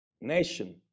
nation